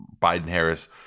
Biden-Harris